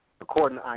according